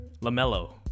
Lamelo